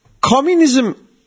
Communism